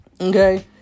okay